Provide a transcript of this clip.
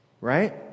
right